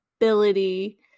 ability